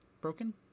Broken